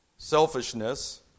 selfishness